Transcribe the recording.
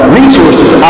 resources